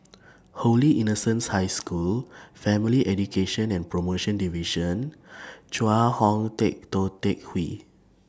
Holy Innocents' High School Family Education and promotion Division Chong Hao Teck Tou Teck Hwee